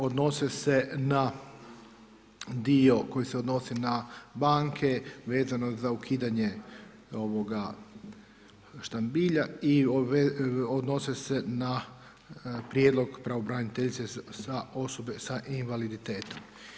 Odnose se na dio koji se odnosi na banke vezano za ukidanje štambilja i odnose se na prijedlog Pravobraniteljice za osobe sa invaliditetom.